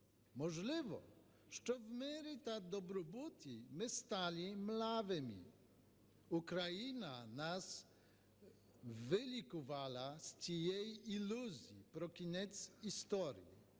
Можливо, що в мирі та добробуті ми стали млявими. Україна нас вилікувала з цієї ілюзії про кінець історії.